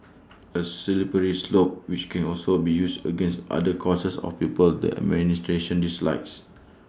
A slippery slope which can also be used against other causes or people the administration dislikes